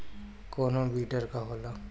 कोनो बिडर का होला?